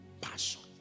Passion